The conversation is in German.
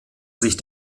sich